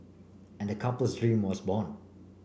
and the couple's dream was born